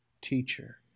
teacher